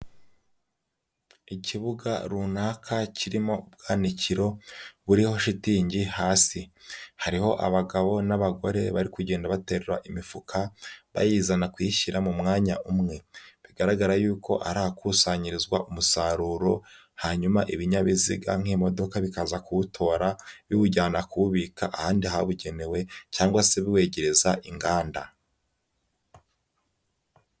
Ikibuga runaka kirimo ubwanikiro buriho shitingi hasi. Hariho abagabo n'abagore bari kugenda batera imifuka bayizana kuyishyira mu mwanya umwe. Bigaragara yuko ari ahakusanyirizwa umusaruro hanyuma ibinyabiziga nk'imodoka bikaza kuwutora biwujyana kuwubika ahandi habugenewe cg se buwegereza inganda.